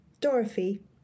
Dorothy